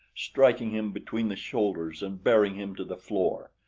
striking him between the shoulders and bearing him to the floor.